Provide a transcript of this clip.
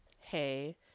hey